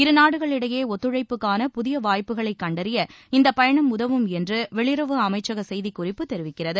இருநாடுகளுக்கு இடையே ஒத்துழைப்புக்கான புதிய வாய்ப்புகளை கண்டறிய இந்த பயணம் உதவும் என்று வெளியுறவு அமைச்சக செய்திக்குறிப்பு தெரிவிக்கிறது